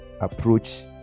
approach